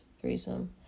Threesome